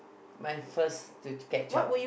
my first to catch up